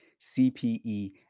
CPE